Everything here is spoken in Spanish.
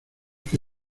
que